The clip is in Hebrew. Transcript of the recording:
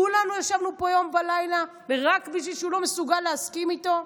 כולנו ישבנו פה יום ולילה רק כי הוא לא מסוגל להסכים איתו?